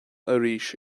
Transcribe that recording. arís